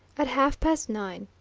at half-past nine,